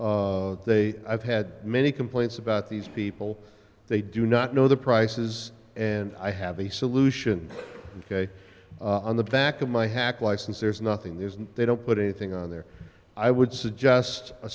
t they i've had many complaints about these people they do not know the prices and i have a solution ok on the back of my hack license there's nothing there isn't they don't put anything on there i would suggest a